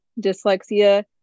dyslexia